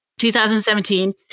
2017